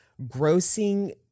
grossing